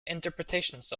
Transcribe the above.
interpretations